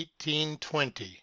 1820